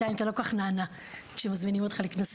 בינתיים אתה לא כל כך נענה כשמזמינים אותך לכנסים.